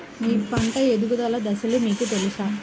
మీ పంట ఎదుగుదల దశలు మీకు తెలుసా?